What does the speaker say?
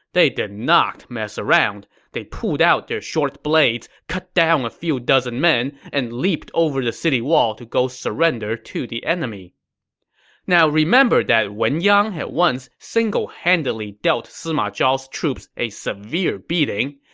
they did not mess around. they pulled out their short blades, cut down a few dozen men, and leaped over the city wall to go surrender to the enemy now, remember that wen yang had once single-handedly dealt sima zhao's troops a severe beating,